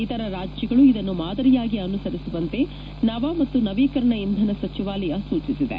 ಇತರ ರಾಜ್ಯಗಳು ಇದನ್ನು ಮಾದಂಯಾಗಿ ಅನುಸರಿಸುವಂತೆ ನವ ಮತ್ತು ನವೀಕರಣ ಇಂಧನ ಸಚಿವಾಲಯ ಸೂಚಿಸಿದೆ